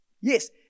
Yes